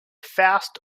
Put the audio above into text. fast